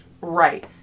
Right